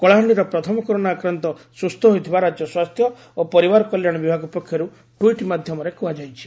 କଳାହାଣିର ପ୍ରଥମ କରୋନା ଆକ୍ରାନ୍ଡ ସୁସ୍ଚ ହୋଇଥିବା ରାଜ୍ୟ ସ୍ୱାସ୍ଥ୍ୟ ଓ ପରିବାର କଲ୍ୟାଶ ବିଭାଗ ପକ୍ଷରୁ ଟ୍ୱିଟ୍ ମାଧ୍ଘମରେ କୁହାଯାଇଛି